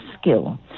skill